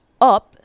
up